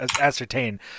ascertain